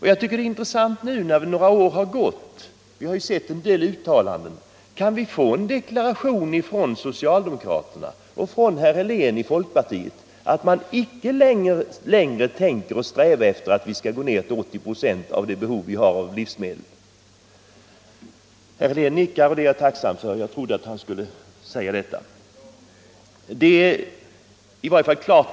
Jag tycker det skulle vara intressant att höra om vi nu, när några år har gått, kunde få en deklaration från socialdemokraterna och från herr Helén i folkpartiet att man inte längre tänker sträva efter att vi skall minska livsmedelsproduktionen till 80 procent av vårt behov. - Herr Helén nickar, och det är jag tacksam för; jag trodde också att han skulle svara detta.